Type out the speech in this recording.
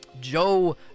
Joe